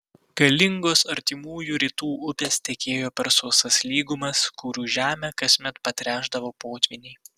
galingos artimųjų rytų upės tekėjo per sausas lygumas kurių žemę kasmet patręšdavo potvyniai